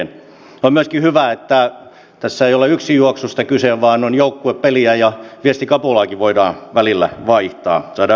on myöskin hyvä että tässä ei ole yksinjuoksusta kyse vaan tämä on joukkuepeliä ja viestikapulaakin voidaan välillä vaihtaa saadaan vereksiä voimia